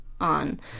on